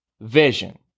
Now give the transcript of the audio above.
vision